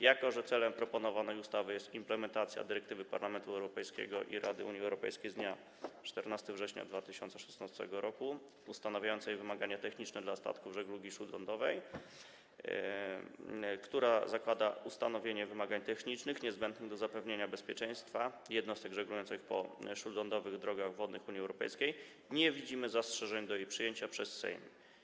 Jako że celem proponowanej ustawy jest implementacja dyrektywy Parlamentu Europejskiego i Rady Unii Europejskiej z dnia 14 września 2016 r. ustanawiającej wymagania techniczne dla statków żeglugi śródlądowej, która zakłada ustanowienie wymagań technicznych niezbędnych do zapewnienia bezpieczeństwa jednostek żeglujących po śródlądowych drogach wodnych Unii Europejskiej, nie widzimy zastrzeżeń co do jej przyjęcia przez Sejm.